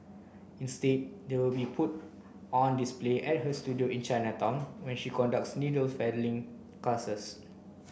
instead they will be put on display at her studio in Chinatown where she conducts needle felting classes